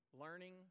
learning